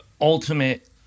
ultimate